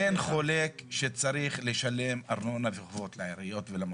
אין חולק שצריך לשלם ארנונה וחובות לעיריות ולמועצות.